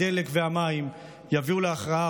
הדלק והמים יביאו להכרעה,